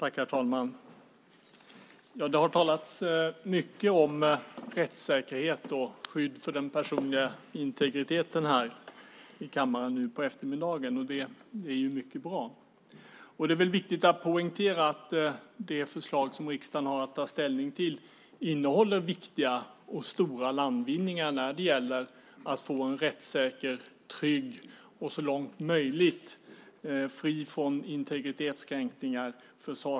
Herr talman! Det har under eftermiddagen talats mycket om rättssäkerhet och skydd för den personliga integriteten. Det är mycket bra. Det är viktigt att poängtera att det förslag som riksdagen har att ta ställning till innehåller viktiga och stora landvinningar när det gäller att få en försvarsunderrättelseverksamhet som är rättssäker, trygg och så långt möjligt fri från integritetskränkningar.